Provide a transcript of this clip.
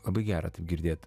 labai geras girdėt